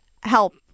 help